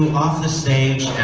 off the stage and